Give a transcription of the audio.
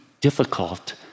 difficult